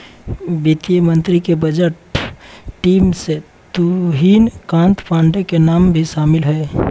वित्त मंत्री के बजट टीम में तुहिन कांत पांडे के नाम भी शामिल हइ